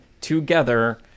together